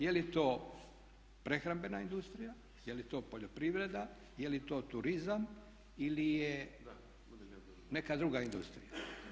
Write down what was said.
Je li to prehrambena industrija, je li to poljoprivreda, je li to turizam ili je neka druga industrija?